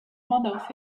models